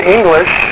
English